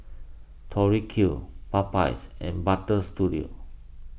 Tori Q Popeyes and Butter Studio